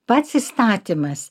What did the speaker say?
pats įstatymas